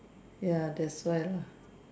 ya that's why lah